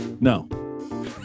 No